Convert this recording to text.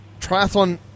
triathlon